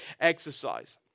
exercise